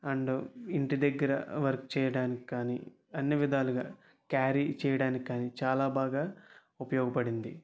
and ఇంటి దగ్గర work చేయడానికి కానీ అన్ని విధాలుగా క్యారీ చెయ్యడానికి కానీ చాలా బాగా ఉపయోగపడింది